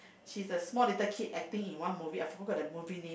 she's a small little kid acting in one movie I forgot the movie name